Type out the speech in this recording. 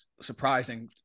surprising